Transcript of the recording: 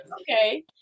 Okay